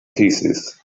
thesis